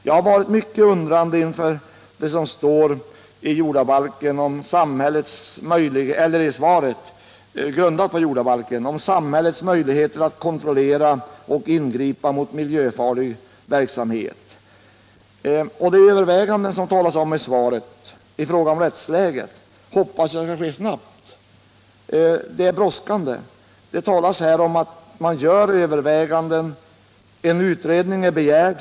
Jag har varit mycket undrande inför det som står i svaret, grundat på jordabalken, om samhällets möjligheter att kontrollera och ingripa mot miljöfarlig verksamhet. De överväganden i fråga om rättsläget som det talas om i svaret hoppas jag kommer att påskyndas, för det är brådskande. Det talas om att man gör överväganden och att en utredning är begärd.